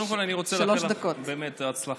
קודם כול אני רוצה לאחל לך באמת הצלחה.